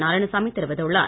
நாராயணசாமி தெரிவித்துள்ளார்